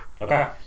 Okay